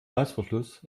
reißverschluss